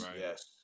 yes